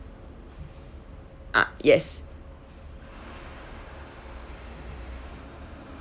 ah yes